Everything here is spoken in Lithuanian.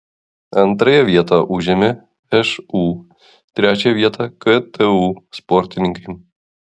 antrąją vietą užėmė šu trečiąją ktu sportininkai